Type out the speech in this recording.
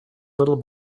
little